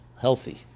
healthy